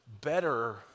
better